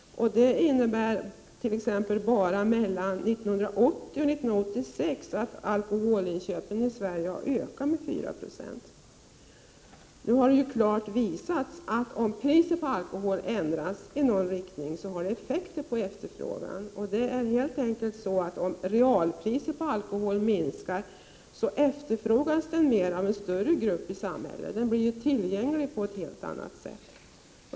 Detta innebär att alkoholinköpen i Sverige under 1980-1986 har ökat med 4 Jo. Det har klart påvisats att om priset på alkohol ändras i någon riktning får det effekt på efterfrågan. Om realpriset på alkohol minskar, efterfrågas alkohol mer av en större grupp i samhället. Den blir tillgänglig på ett helt annat sätt.